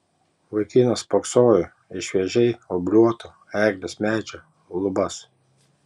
vaikinas spoksojo į šviežiai obliuoto eglės medžio lubas